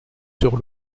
sur